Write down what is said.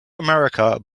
america